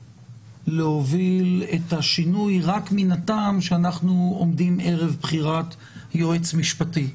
להוביל את השינוי רק מן הטעם שאנחנו עומדים ערב בחירת יועץ משפטי.